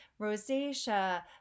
rosacea